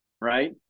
right